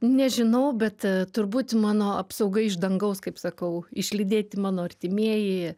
nežinau bet a turbūt mano apsauga iš dangaus kaip sakau išlydėti mano artimieji